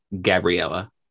Gabriella